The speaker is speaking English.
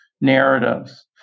narratives